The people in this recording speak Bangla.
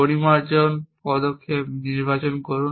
পরিমার্জন পদক্ষেপ নির্বাচন করুন